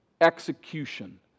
execution